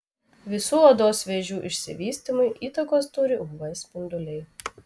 visų odos vėžių išsivystymui įtakos turi uv spinduliai